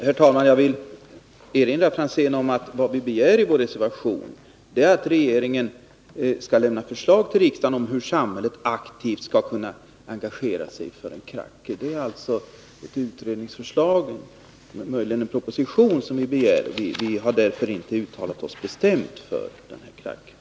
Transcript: Herr talman! Jag vill erinra herr Franzén om att vad vi begär i vår reservation är att regeringen skall lämna förslag till riksdagen om hur samhället aktivt skall kunna engagera sig för en kracker. Det är ett utredningsförslag eller möjligen en proposition som vi begär. Vi har därför inte uttalat oss bestämt för den här krackern.